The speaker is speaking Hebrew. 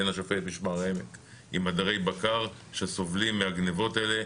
עין השופט ומשמר העמק עם עדרי בקר שסובלים מהגניבות האלה.